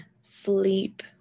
sleep